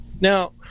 now